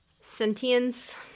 sentience